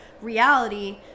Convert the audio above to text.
reality